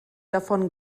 davon